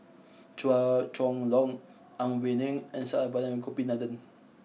Chua Chong Long Ang Wei Neng and Saravanan Gopinathan